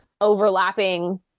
overlapping